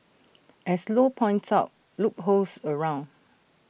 as low points out loopholes around